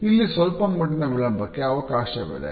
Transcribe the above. ಇಲ್ಲಿ ಸ್ವಲ್ಪಮಟ್ಟಿನ ವಿಳಂಬಕ್ಕೆ ಅವಕಾಶವಿದೆ